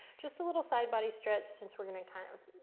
just a little side body stretch since we're going to kind of